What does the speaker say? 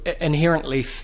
inherently